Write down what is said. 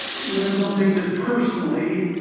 women don't take this personally,